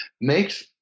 makes